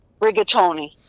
Rigatoni